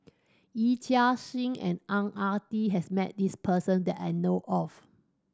Yee Chia Hsing and Ang Ah Tee has met this person that I know of